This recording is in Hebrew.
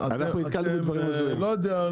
לא יודע,